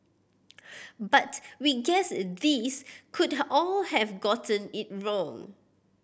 but we guess these could all have gotten it wrong